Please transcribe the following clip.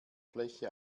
fläche